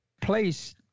place